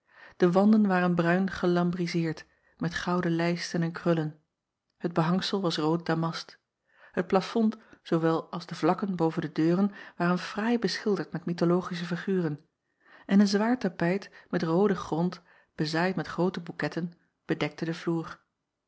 e wanden waren bruin gelambrizeerd met gouden lijsten en krullen het behangsel was rood damast het platfond zoowel als de vakken boven de deuren waren fraai beschilderd met mythologische figuren en een zwaar tapijt met rooden grond bezaaid met groote boeketten bedekte den vloer